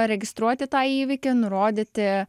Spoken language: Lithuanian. registruoti tą įvykį nurodyti